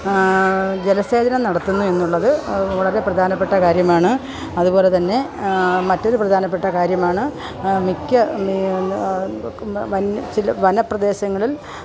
ജലസേചനം നടത്തുന്നു എന്നുള്ളത് വളരെ പ്രധാനപ്പെട്ട കാര്യമാണ് അതുപോലെത്തന്നെ മറ്റൊരു പ്രധാനപ്പെട്ട കാര്യമാണ് മിക്ക വന് ചില വന പ്രദേശങ്ങളില്